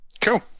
cool